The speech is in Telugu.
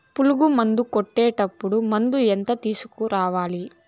పులుగు మందులు కొట్టేటప్పుడు మందు ఎంత తీసుకురావాలి?